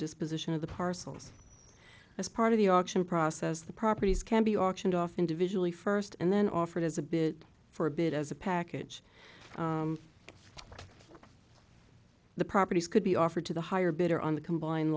disposition of the parcels as part of the auction process the properties can be auctioned off individually first and then offered as a bid for a bit as a package the properties could be offered to the higher bidder on the combine